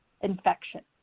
infection